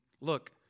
look